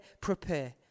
prepare